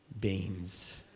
beans